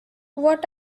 what